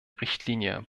richtlinie